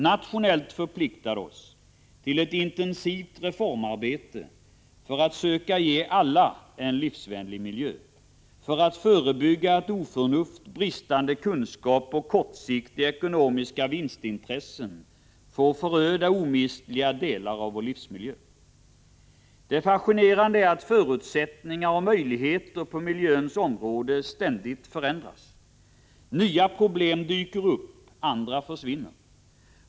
Nationellt förpliktar det oss till ett intensivt reformarbete för att söka ge alla en livsvänlig miljö, för att förebygga att oförnuft, bristande kunskap och kortsiktiga ekonomiska vinstintressen får föröda omistliga delar av vår livsmiljö. Det fascinerande är att förutsättningar och möjligheter på miljöns område ständigt förändras. Nya problem dyker upp, andra försvinner.